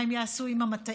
מה הם יעשו עם המטעים?